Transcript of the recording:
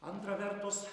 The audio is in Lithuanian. antra vertus